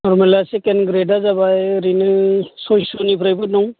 नरमेला second ग्रेडा जाबाय ओरैनो सयस'निफ्रायबो दं